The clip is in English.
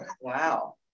Wow